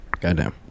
Goddamn